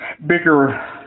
bigger